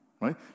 right